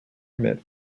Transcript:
met